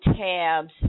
tabs